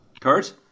Kurt